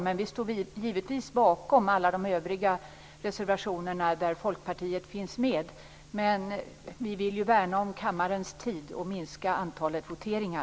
Givetvis står vi bakom alla reservationer där Folkpartiet finns med, men vi vill värna om kammarens tid och minska antalet voteringar.